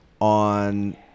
On